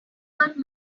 hurt